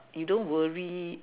you don't worry